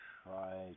try